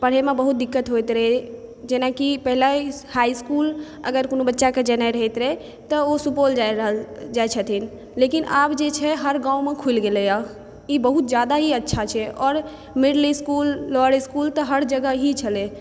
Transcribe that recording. पढ़ैमे बहुत दिक्कत होइत रहै जेनाकि पहिले हाइ इसकुल अगर कोनो बच्चाके जेनाइ रहैत रहै तऽ ओ सुपौल जाइ रहल जाइ छथिन लेकिन आब जे छै हर गाँवमे खुलि गेलैए ई बहुत जादा ही अच्छा छै आओर मिडिल इसकुल लोअर इसकुल तऽ हर जगह ही छलै